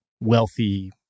wealthy